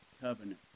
covenant